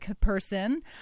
person